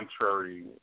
contrary